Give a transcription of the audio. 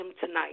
tonight